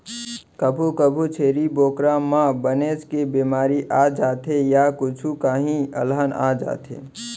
कभू कभू छेरी बोकरा म बनेच के बेमारी आ जाथे य कुछु काही अलहन आ जाथे